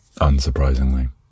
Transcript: Unsurprisingly